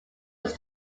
was